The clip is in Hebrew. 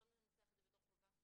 לא ננסח זאת בתור חובה.